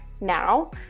now